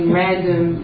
random